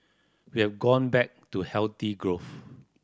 we have gone back to healthy growth